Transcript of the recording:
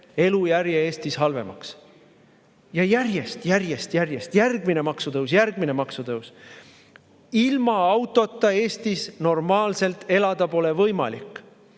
elujärje Eestis halvemaks. Ja järjest, järjest: järgmine maksutõus, järgmine maksutõus. Ilma autota pole Eestis normaalselt elada võimalik.